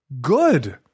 good